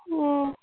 ಹ್ಞೂ